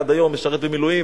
עד היום משרת במילואים,